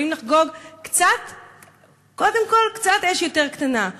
יכולים לחגוג קודם כול עם אש קצת יותר קטנה.